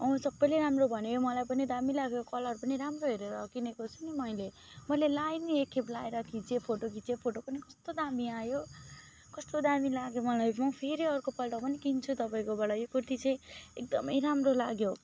अँ सबैले राम्रो भन्यो मलाई पनि दामी लाग्यो कलर पनि राम्रो हेरेर किनेको रहेछु नि मैले मैले लगाएँ नि एकखेप लगाएर खिचे त्यो फोटो खिच्यो फोटो पनि कस्तो दामी आयो कस्तो दामी लाग्यो मलाई म फेरि अर्कोपल्ट पनि किन्छु तपाईँकोबाटै यो कुर्ती चाहिँ एकदमै राम्रो लाग्यो